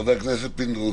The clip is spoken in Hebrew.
חבר הכנסת פינדרוס.